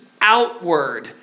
outward